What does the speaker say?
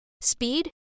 speed